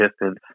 distance